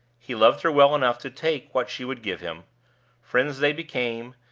he loved her well enough to take what she would give him friends they became,